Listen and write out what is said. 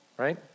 Right